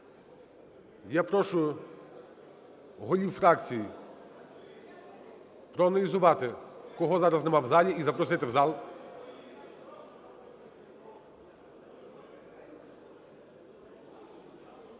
Я прошу голів фракцій проаналізувати, кого зараз немає в залі, і запросити в зал.